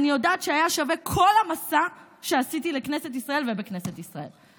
אני יודעת שכל המסע שעשיתי לכנסת ישראל ובכנסת ישראל היה שווה.